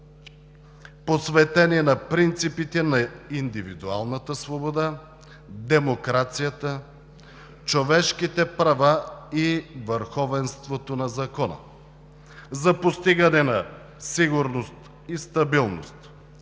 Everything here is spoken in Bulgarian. посветени на принципите на индивидуалната свобода, демокрацията, човешките права и върховенството на закона, за постигане на сигурност и стабилност,